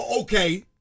okay